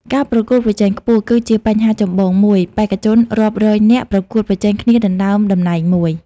ការប្រកួតប្រជែងខ្ពស់ គឺជាបញ្ហាចម្បងមួយ។ បេក្ខជនរាប់រយនាក់ប្រកួតប្រជែងគ្នាដណ្ដើមតំណែងមួយ។